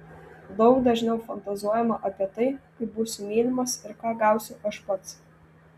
daug dažniau fantazuojama apie tai kaip būsiu mylimas ir ką gausiu aš pats